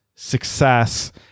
success